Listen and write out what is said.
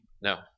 No